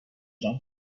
جان